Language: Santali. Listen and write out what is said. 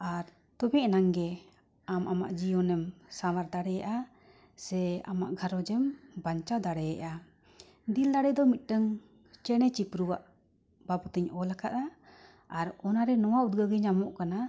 ᱟᱨ ᱛᱚᱵᱮ ᱮᱱᱟᱝᱜᱮ ᱟᱢ ᱟᱢᱟᱜ ᱡᱤᱭᱚᱱᱮᱢ ᱥᱟᱶᱟᱨ ᱫᱟᱲᱮᱭᱟᱜᱼᱟ ᱥᱮ ᱟᱢᱟᱜ ᱜᱷᱟᱨᱚᱸᱡᱽ ᱮᱢ ᱵᱟᱧᱪᱟᱣ ᱫᱟᱲᱮᱭᱟᱜᱼᱟ ᱫᱤᱞ ᱫᱟᱲᱮ ᱫᱚ ᱢᱤᱫᱴᱟᱹᱝ ᱪᱮᱬᱮ ᱪᱤᱯᱨᱩᱣᱟᱜ ᱵᱟᱵᱚᱛᱤᱧ ᱚᱞ ᱟᱠᱟᱫᱼᱟ ᱟᱨ ᱚᱱᱟᱨᱮ ᱱᱚᱣᱟ ᱩᱫᱽᱜᱟᱹᱣ ᱜᱮ ᱧᱟᱢᱚᱜ ᱠᱟᱱᱟ